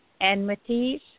enmities